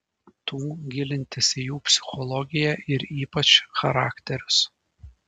tų gilintis į jų psichologiją ir ypač charakterius